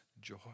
joy